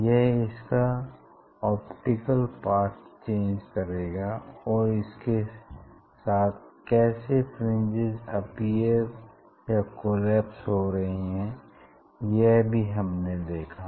यह इसका optical path change करता है और इसके साथ कैसे फ्रिंजेस अपीयर या कोलैप्स हो रही है यह भी हमने देखा